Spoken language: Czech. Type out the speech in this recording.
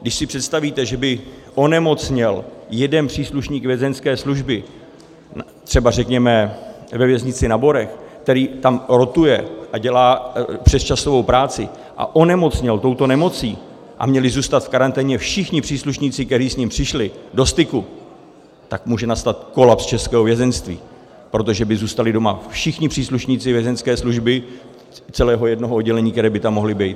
Když si představíte, že by onemocněl jeden příslušník Vězeňské služby, třeba řekněme ve věznici na Borech, který tam rotuje a dělá přesčasovou práci a onemocněl by touto nemocí, a měli by zůstat v karanténě všichni příslušníci, kteří s ním přišli do styku, tak může nastat kolaps českého vězeňství, protože by zůstali doma všichni příslušníci Vězeňské služby celého jednoho oddělení, kteří by tam mohli být.